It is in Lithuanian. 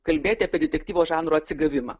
kalbėti apie detektyvo žanro atsigavimą